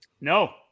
No